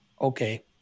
Okay